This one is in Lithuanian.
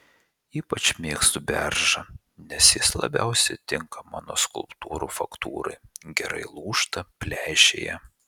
ypač mėgstu beržą nes jis labiausiai tinka mano skulptūrų faktūrai gerai lūžta pleišėja